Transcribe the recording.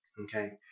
Okay